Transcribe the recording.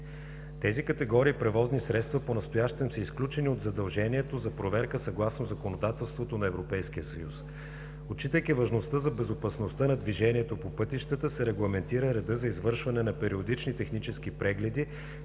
Тези категории превозни средства понастоящем са изключени от задължението за проверка съгласно законодателството на Европейския съюз. Отчитайки важността за безопасността на движението по пътищата, се регламентира редът за извършване на периодични технически прегледи